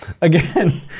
again